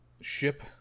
ship